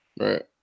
Right